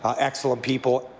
um excellent people.